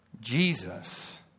Jesus